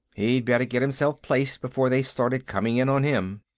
he'd better get himself placed before they started coming in on him.